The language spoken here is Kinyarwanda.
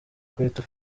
kwetu